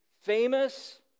famous